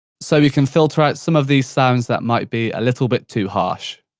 so, you can filter out some of these sounds that might be a little bit too harsh.